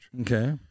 Okay